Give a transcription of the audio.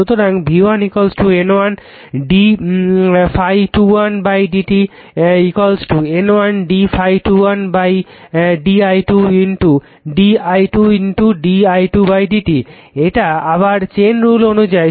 সুতরাং v1 N 1 d ∅21 dt N 1 d ∅21 di2 di2 di2 dt এটা আবারও chain rule অনুযায়ী